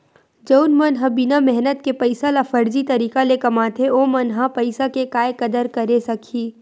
जउन मन ह बिना मेहनत के पइसा ल फरजी तरीका ले कमाथे ओमन ह पइसा के काय कदर करे सकही